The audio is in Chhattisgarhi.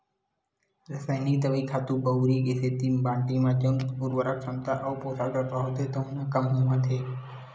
रसइनिक दवई, खातू बउरई के सेती माटी म जउन उरवरक छमता अउ पोसक तत्व होथे तउन ह कम होवत हे